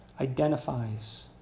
identifies